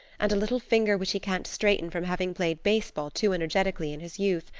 and a little finger which he can't straighten from having played baseball too energetically in his youth.